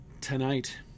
Tonight